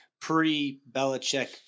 pre-Belichick